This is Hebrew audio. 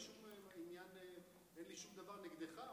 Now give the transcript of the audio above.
ברור לך שאין לי שום דבר נגדך או נגד היהודים.